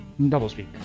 doublespeak